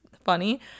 funny